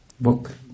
Book